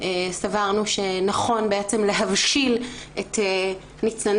סברנו שנכון בעצם להבשיל את ניצני